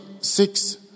six